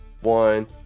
one